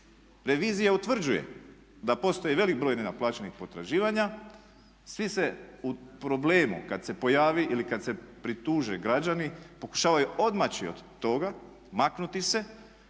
revizija utvrđuje da postoji velik broj nenaplaćenih potraživanja. Svi se u problemu kada se pojavi ili kada se prituže građani pokušavaju odmaći od toga, maknuti se